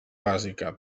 bàsica